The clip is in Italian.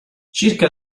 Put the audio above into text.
circa